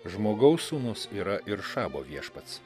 žmogaus sūnus yra ir šabo viešpats